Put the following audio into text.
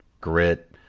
grit